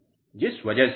छात्र जिस वजह से